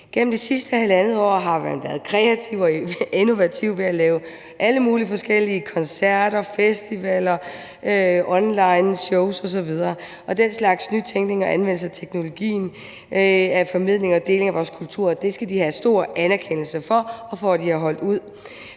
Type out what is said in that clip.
Gennem det sidste halvandet år har man været kreativ og innovativ ved at lave alle mulige forskellige koncerter, festivaler, onlineshows osv., og den slags nytænkning og anvendelse af teknologien, af formidling og deling af vores kultur skal de have stor anerkendelse for og for, at de har holdt ud.